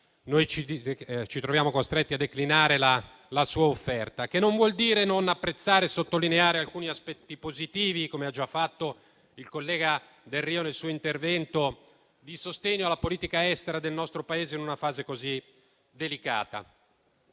Noi ci troviamo pertanto costretti a declinare la sua offerta. E ciò non vuol dire che non apprezziamo e non sottolineiamo alcuni aspetti positivi - come ha già fatto il collega Delrio nel suo intervento - di sostegno alla politica estera del nostro Paese in una fase così delicata.